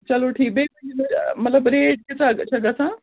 چلو ٹھیٖک بیٚیہِ مطلب ریٹ کۭژاہ حظ چھِ گژھان